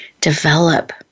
develop